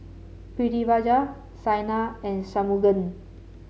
Pritiviraj Saina and Shunmugam